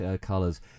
colors